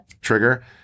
trigger